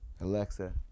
Alexa